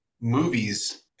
movies